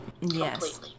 Yes